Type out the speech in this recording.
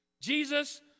Jesus